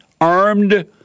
Armed